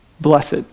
Blessed